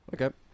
Okay